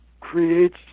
creates